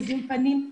בזיהוי פנים?